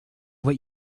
what